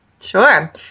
Sure